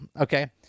okay